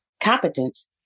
competence